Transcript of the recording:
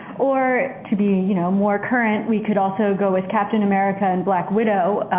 or to be you know more current we could also go with captain america and black widow.